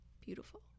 beautiful